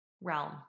realm